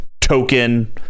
Token